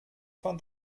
von